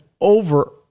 over-